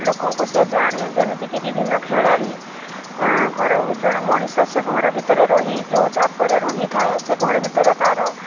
ଲୋକଙ୍କୁ ସେ ଜାଣେ ଯେମିତିକି ବିଭିନ୍ନ ଖେଳାଳି ଘର ଜଣେ ମଣିଷ ସେ ଘର ଭିତରେ ରହି ଯେଉଁ ଚାପରେ ରହିଥାଏ ସେ ଘର ଭିତରେ ତା'ର